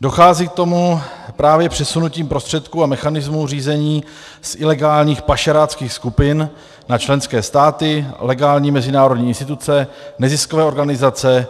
Dochází k tomu právě přesunutím prostředků a mechanismů řízení z ilegálních pašeráckých skupin na členské státy, legální mezinárodní instituce, neziskové organizace